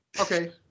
Okay